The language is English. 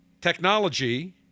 technology